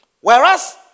Whereas